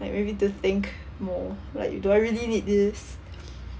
like maybe to think more like do I really need this